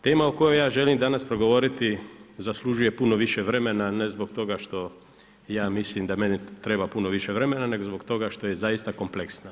Tema o kojoj ja želim danas progovoriti zaslužuje puno više vremena, ne zbog toga što ja mislim da meni treba puno više vremena, nego zbog toga što je zaista kompleksa.